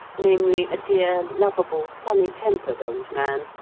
namely, a dear, lovable, sunny-tempered old man,